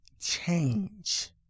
change